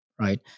Right